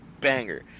banger